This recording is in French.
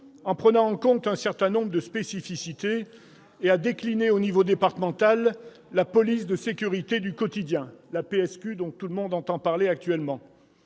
en prenant en compte un certain nombre de spécificités et à décliner à l'échelon départemental la police de sécurité du quotidien- la PSQ, dont tout le monde entend parler actuellement